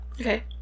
Okay